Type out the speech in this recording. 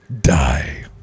Die